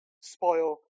spoil